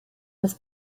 was